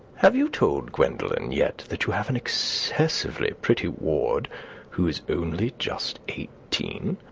have you told gwendolen yet that you have an excessively pretty ward who is only just eighteen?